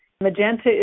Magenta